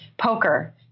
poker